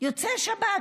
יוצא שב"כ.